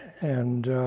and